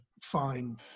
fine